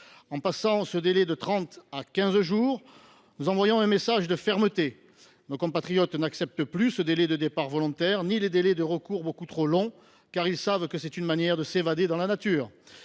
En passant ce délai de trente jours à quinze jours, nous envoyons un message de fermeté. Nos compatriotes n’acceptent plus ce délai de départ volontaire ni le délai de recours, beaucoup trop longs, car ils savent que c’est une manière de s’évanouir dans la nature.